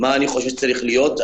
מה אני חושב שצריך להיות.